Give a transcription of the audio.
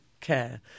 care